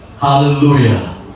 Hallelujah